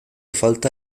falta